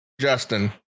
Justin